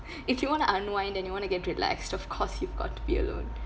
if you want to unwind and you want to get relaxed of course you've got to be alone